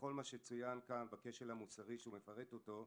בכל מה שצוין כאן, בכשל המוסרי שהוא מפרט אותו.